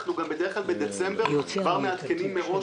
בדרך כלל בדצמבר אנחנו כבר מעדכנים מראש,